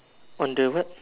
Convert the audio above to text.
on the what